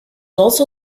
also